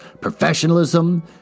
Professionalism